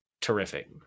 Terrific